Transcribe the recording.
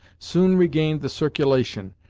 soon regained the circulation,